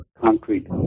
concrete